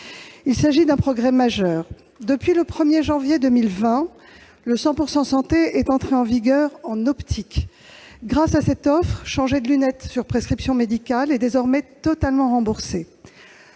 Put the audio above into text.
Il s'agit d'un progrès majeur. Depuis le 1 janvier 2020, le « 100 % santé » est entré en vigueur en optique. Grâce à cette offre, changer de lunettes sur prescription médicale est désormais totalement remboursé.